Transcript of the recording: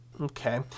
Okay